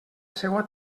seua